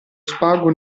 spago